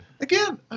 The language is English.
Again